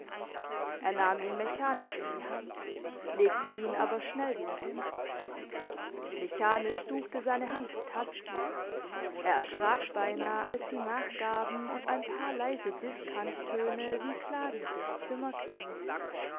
er nahm ihn mechanisch in die hand legte ihn aber schnell wieder hin mechanisch suchte seine hand die tasten er erschrak beinah als sie nachgaben und ein paar leise diskanttöne wie klagend durchs zimmer klangen